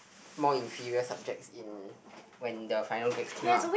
more inferior subjects in in when the final grades came out